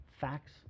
facts